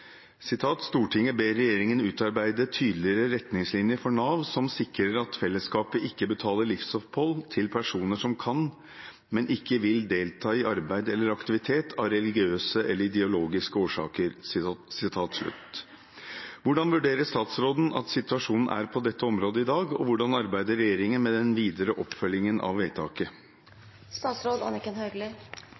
vedtok Stortinget i juni 2016 det enstemmige forslaget fra kommunal- og forvaltningskomiteen om at «Stortinget ber regjeringen utarbeide tydeligere retningslinjer for Nav som sikrer at fellesskapet ikke betaler livsopphold til personer som kan, men ikke vil delta i arbeid eller aktivitet av religiøse eller ideologiske årsaker». Hvordan vurderer statsråden at situasjonen er på dette området i dag, og hvordan arbeider regjeringen med den videre oppfølgingen av